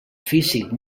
físic